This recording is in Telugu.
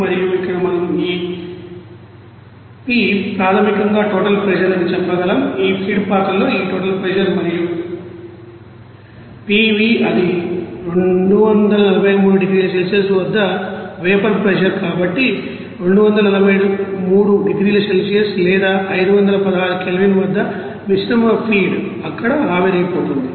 మరియు ఇక్కడ మనం ఈ p ప్రాథమికంగా టోటల్ ప్రెషర్ అని చెప్పగలం ఈ ఫీడ్ పాత్రలో ఈ టోటల్ ప్రెషర్ మరియు p v అది 243 డిగ్రీల సెల్సియస్ వద్ద వేపర్ ప్రెషర్ కాబట్టి 243 డిగ్రీల సెల్సియస్ లేదా 516 కెల్విన్ వద్ద మిశ్రమ ఫీడ్ అక్కడ ఆవిరైపోతుంది